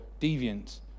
deviant